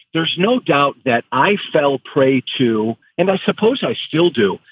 there's no doubt that i fell prey to. and i suppose i still do.